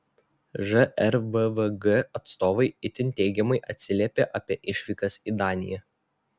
žrvvg atstovai itin teigiamai atsiliepė apie išvykas į daniją